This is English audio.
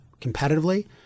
competitively